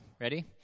Ready